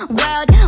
world